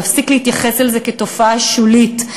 להפסיק להתייחס לזה כאל תופעה שולית,